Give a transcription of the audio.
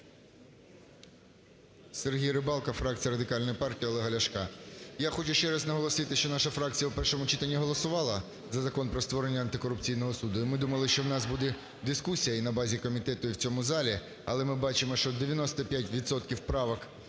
Сергій Рибалка, фракція Радикальної партії Олега Ляшка. Я хочу ще раз наголосити, що наша фракція в першому читанні голосувала за Закон про створення антикорупційного суду. І ми думали, що в нас буде дискусія і на базі комітету, і в цьому залі. Але ми бачимо, що 95